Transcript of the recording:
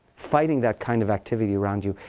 fighting that kind of activity around you,